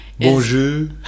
Bonjour